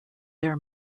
their